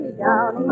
down